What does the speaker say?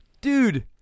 Dude